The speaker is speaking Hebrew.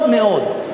מאוד מאוד,